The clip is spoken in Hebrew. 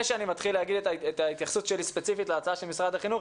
לפני שאני מתחיל לומר את ההתייחסות שלי ספציפית להצעה של משרד החינוך,